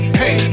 hey